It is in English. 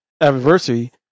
anniversary